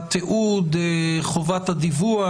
התיעוד, חובת הדיווח,